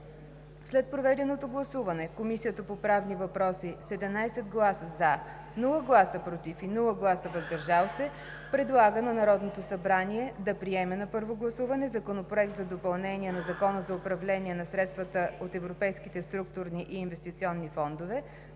След проведеното гласуване Комисията по правни въпроси с 11 гласа „за“, без „против“ и „въздържал се“ предлага на Народното събрание да приеме на първо гласуване Законопроект за допълнение на Закона за управление на средствата от европейските структурни и инвестиционни фондове,